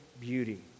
beauty